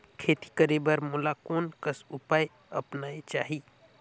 खेती करे बर मोला कोन कस उपाय अपनाये चाही?